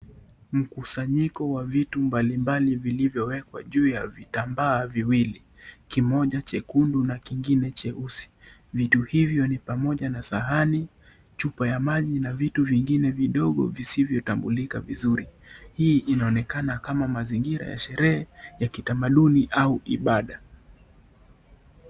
Mkusanyiko wa vitu mbalimbali vilivyowekwa juu ya vitambaa viwili, kimoja jekundu na kingine jeusi. Vitu hivyo ni pamoja na Sahani, chupa ya maji na vitu vingine vidogo visivyotambulika vizuri. Hii inaonekana kama mazingira ya sherehe ya kitamaduni au Ibada.